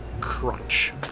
crunch